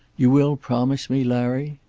you will promise me, larry?